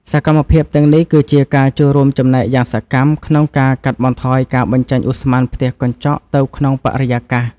សកម្មភាពទាំងនេះគឺជាការចូលរួមចំណែកយ៉ាងសកម្ម ក្នុងការកាត់បន្ថយការបញ្ចេញឧស្ម័នផ្ទះកញ្ចក់ទៅក្នុងបរិយាកាស។